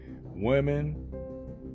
Women